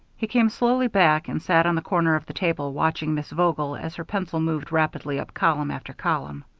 he came slowly back and sat on the corner of the table, watching miss vogel as her pencil moved rapidly up column after column.